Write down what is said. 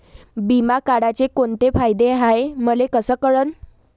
बिमा काढाचे कोंते फायदे हाय मले कस कळन?